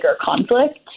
conflict